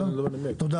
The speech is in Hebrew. תודה.